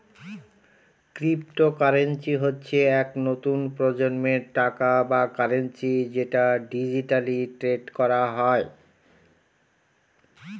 cryptocurrency হচ্ছে এক নতুন প্রজন্মের টাকা বা কারেন্সি যেটা ডিজিটালি ট্রেড করা হয়